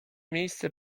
miejsce